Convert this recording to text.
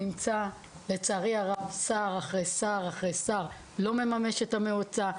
לצערי הרב, שר אחרי שר לא מממש את המועצה.